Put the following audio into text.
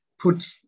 put